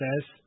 says